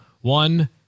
one